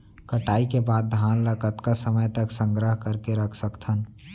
कटाई के बाद धान ला कतका समय तक संग्रह करके रख सकथन?